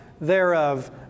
thereof